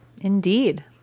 Indeed